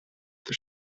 the